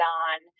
on